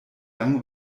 lange